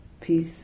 peace